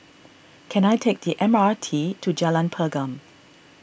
can I take the M R T to Jalan Pergam